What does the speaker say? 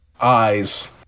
eyes